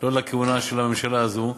לא לכהונה של הממשלה הזו,